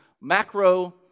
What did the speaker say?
Macro